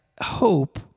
hope